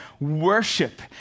worship